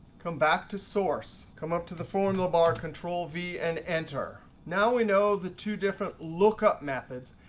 come back to source, come up to the formula bar control v and enter. now we know the two different lookup methods,